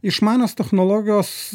išmanios technologijos